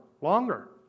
longer